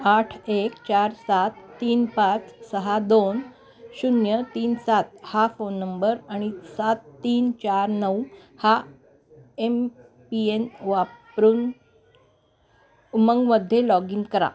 आठ एक चार सात तीन पाच सहा दोन शून्य तीन सात हा फोन नंबर आणि सात तीन चार नऊ हा एमपीएन वापरून उमंगमध्ये लॉग इन करा